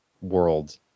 world